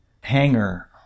hangar